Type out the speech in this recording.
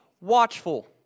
watchful